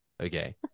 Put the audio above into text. Okay